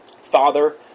Father